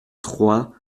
trois